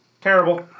terrible